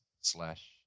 slash